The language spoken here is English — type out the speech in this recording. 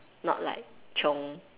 not like chiong